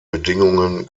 bedingungen